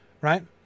Right